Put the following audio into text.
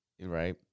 Right